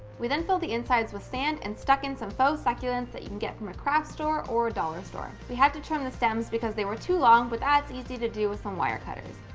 we then fill the insides with sand and stuck in some faux so succulents that you can get from a craft store or a dollar store. we have to turn the stems because they were too long, but that's easy to do with some wire cutters.